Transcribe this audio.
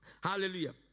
Hallelujah